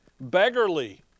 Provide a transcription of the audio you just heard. Beggarly